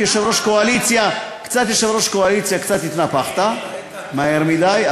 כיושב-ראש קואליציה קצת התנפחת מהר מדי,